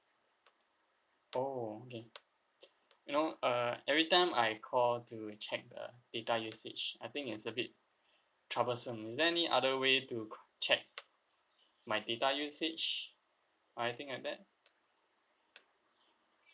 oh okay you know err every time I call to check the data usage I think it's a bit troublesome is there any other way to c~ check my data usage or anything like that